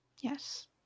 Yes